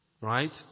Right